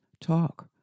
talk